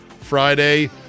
Friday